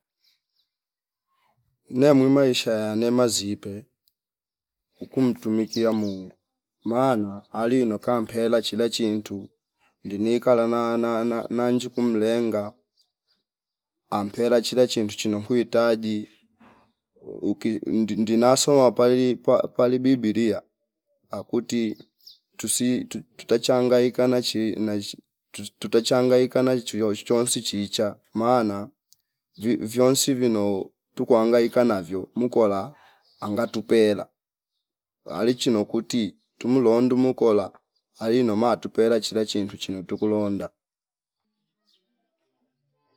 Nemwima ishaya nemazipwe uku mtumikia Mungu maana ali inoka mpela chida chintu ndini kala na- na- na- na- najuku mlenga ampela chila chintu chino kwi taji uki ndi- ndi- ndinaso wapali pa- pali bibilia akuti tusi tu- tuta changaikana chi nashi tutachangaika chiwoshi chonsi chicha maana vi- viyonsi vino tukwa anagika navyo mukola anga tupela alichino kuti tumlondu mu kola ainoma tupela chila chintu chino tukulonda